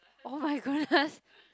oh-my-goodness